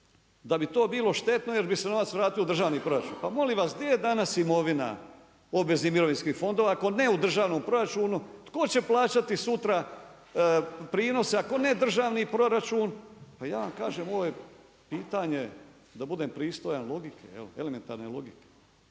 da bi to bilo štetno jer bi se novac vratio u državni proračun. Pa molim vas gdje je danas imovina obveznih mirovinskih fondova ako ne u državnom proračunu. Tko će plaćati sutra prinose ako ne državni proračun. Pa ja vam kažem, ovo je pitanje da budem pristojan logike, elementarne logike.